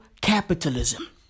capitalism